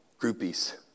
groupies